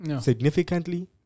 significantly